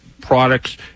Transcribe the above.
products